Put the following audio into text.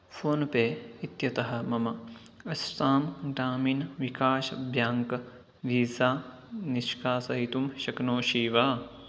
phone pay इत्यतः मम Assam Gramin Vikash bank वीसा निष्कासयितुं शक्नोषि वा